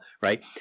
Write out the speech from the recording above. right